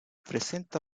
presenta